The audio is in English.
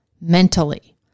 mentally